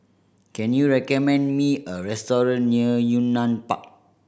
can you recommend me a restaurant near Yunnan Park